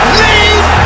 leave